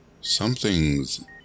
something's